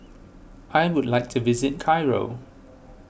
I would like to visit Cairo